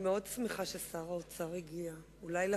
גם נקודת הזיכוי האומללה שאושרה בסופו של דבר תגיע רק בשנת 2012,